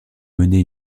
mené